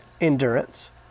endurance